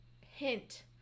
hint